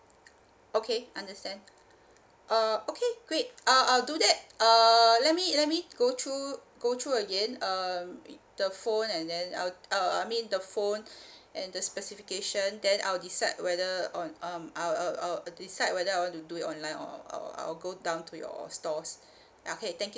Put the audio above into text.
okay understand uh okay great uh I'll do that err let me let me go through go through again um the phone and then uh uh I mean the phone and the specification then I'll decide whether on um I I I'll decide whether I want to do it online or I will I will go down to your stores yeah okay thank